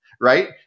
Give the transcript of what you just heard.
right